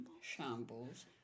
shambles